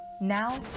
Now